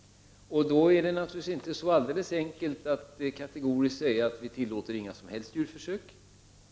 Då är det inte så enkelt att kategoriskt säga att vi inte tillåter några som helst djurförsök.